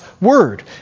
word